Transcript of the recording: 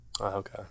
okay